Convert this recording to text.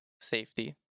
safety